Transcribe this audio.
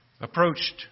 approached